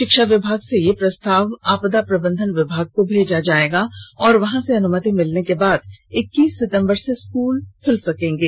शिक्षा विभाग से यह प्रस्ताव आपदा प्रबंधन विभाग को भेजा जाएगा और वहां से अनुमति मिलने के बाद इक्कीस सितंबर से स्कूल खुल सकेंगे